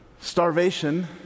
starvation